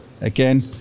again